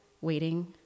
waiting